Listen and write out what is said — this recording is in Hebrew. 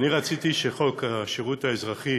רציתי שחוק השירות האזרחי